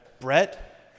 Brett